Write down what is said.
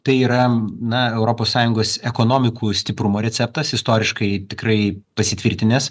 tai yra na europos sąjungos ekonomikų stiprumo receptas istoriškai tikrai pasitvirtinęs